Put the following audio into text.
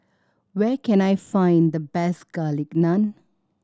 where can I find the best Garlic Naan